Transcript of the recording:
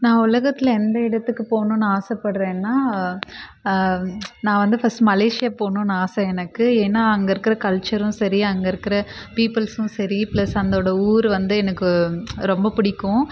நான் உலகத்தில் எந்த இடத்துக்கு போகணுன்னு ஆசைப்படுறேனா நான் வந்து ஃபர்ஸ்ட் மலேஷியா போகணுன்னு ஆசை எனக்கு ஏன்னா அங்கே இருக்கிற கல்ச்சரும் சரி அங்கே இருக்கிற பீப்பிள்ஸும் சரி ப்ளஸ் அந்தோட ஊர் வந்து எனக்கு ரொம்ப பிடிக்கும்